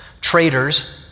traitors